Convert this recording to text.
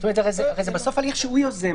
הרי זה בסוף הליך שהוא יוזם.